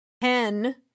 Pen